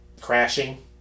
Crashing